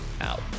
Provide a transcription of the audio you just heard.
out